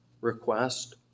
request